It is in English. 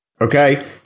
Okay